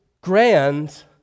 grand